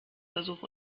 versuch